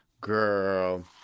girl